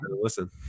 listen